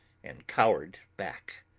and cowered back.